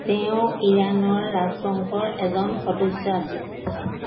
তেওঁ ইৰাণৰ ৰাজবংশৰ এজন সদস্য আছিল